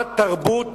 שעת תרבות